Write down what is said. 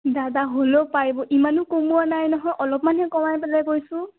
দাদা হ'লেও পাৰিব ইমানো কমোৱা নাই নহয় অলপমানহে কমাই পেলাই কৈছোঁ